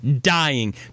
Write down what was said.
dying